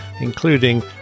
including